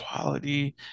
quality